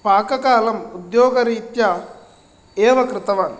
पाककलां उद्योगरीत्या एव कृतवान्